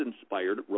inspired